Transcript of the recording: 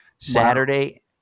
Saturday